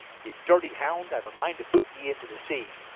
ye dirty hound, i've a mind to boot ye into the sea.